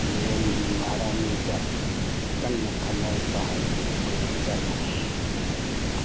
ꯏꯪꯂꯦꯟꯒꯤ ꯃꯍꯥꯔꯥꯅꯤꯒ ꯀꯟꯅ ꯈꯠꯅꯔꯛꯄ ꯍꯥꯏꯕꯗꯨ ꯑꯣꯏꯕ ꯖꯥꯠꯅꯤ ꯃꯇꯝꯗꯨꯗ